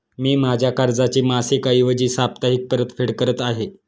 मी माझ्या कर्जाची मासिक ऐवजी साप्ताहिक परतफेड करत आहे